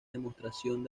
demostración